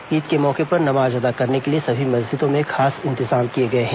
ईद के मौके पर नमाज अदा करने के लिए सभी मस्जिदों में खास इंतजाम किए गए हैं